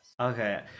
Okay